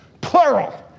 plural